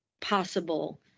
possible